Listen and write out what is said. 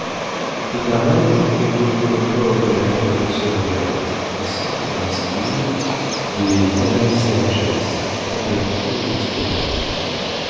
hénarez hénarez est le nom maure de la famille de soria qui sont disent-ils des abencerrages convertis au christianisme